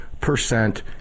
percent